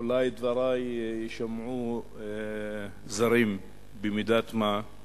אולי דברי יישמעו זרים במידת מה: